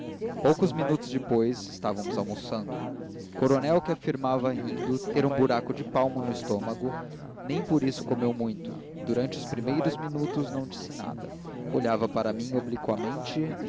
poucos minutos depois estávamos almoçando o coronel que afirmava rindo ter um buraco de palmo no estômago nem por isso comeu muito e durante os primeiros minutos não disse nada olhava para mim obliquamente